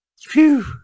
Phew